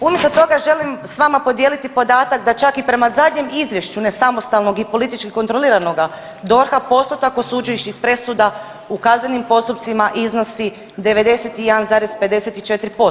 Umjesto toga želim s vama podijeliti podatak da čak i prema zadnjem izvješću nesamostalnog i politički kontroliranoga DORH-a postotak osuđujućih presuda u kaznenim postupcima iznosi 91,54%